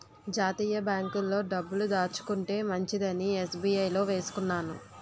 జాతీయ బాంకుల్లో డబ్బులు దాచుకుంటే మంచిదని ఎస్.బి.ఐ లో వేసుకున్నాను